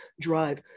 drive